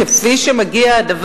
כפי שנכון שייעשה,